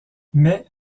mais